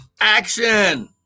Action